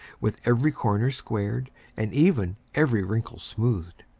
with every corner squared and even, every wrinkle smoothed.